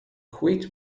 quit